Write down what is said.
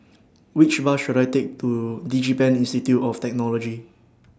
Which Bus should I Take to Digipen Institute of Technology